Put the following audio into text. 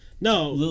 No